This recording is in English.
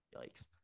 Yikes